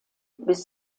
bis